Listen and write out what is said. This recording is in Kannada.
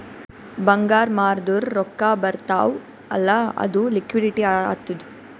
ಬಂಗಾರ್ ಮಾರ್ದುರ್ ರೊಕ್ಕಾ ಬರ್ತಾವ್ ಅಲ್ಲ ಅದು ಲಿಕ್ವಿಡಿಟಿ ಆತ್ತುದ್